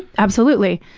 absolutely.